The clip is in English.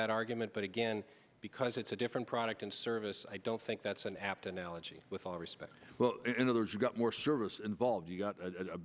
that argument but again because it's a different product and service i don't think that's an apt analogy with all respect well in other words you've got more service involved you've got